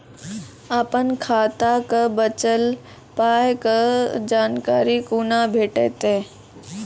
अपन खाताक बचल पायक जानकारी कूना भेटतै?